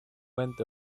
went